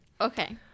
okay